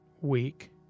week